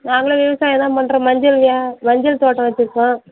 நாங்களும் விவசாயந்தான் பண்ணுறோம் மஞ்சள் வியா மஞ்சள் தோட்டம் வச்சிருக்கோம்